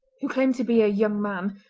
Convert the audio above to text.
who claimed to be a young man,